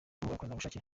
abakorerabushake